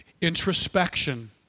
introspection